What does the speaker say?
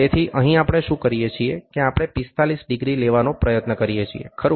તેથી અહીં આપણે શું કરીએ છીએ કે આપણે 45 ડિગ્રી લેવાનો પ્રયત્ન કરીએ છીએ ખરું